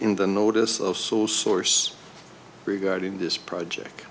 in the notice of sole source regarding this project